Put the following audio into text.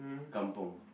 kampung